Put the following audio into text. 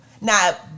Now